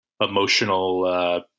emotional